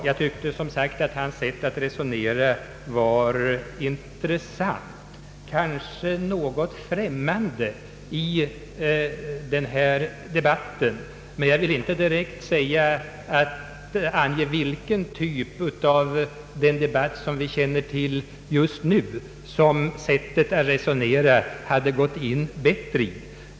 Jag tyckte, som sagt, att hans sätt att diskutera var intressant kanske något främmande i denna debatt — men jag kan inte direkt ange vilken typ av debatt vi känner till just nu som hans sätt att resonera hade passat bättre in i.